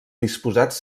disposats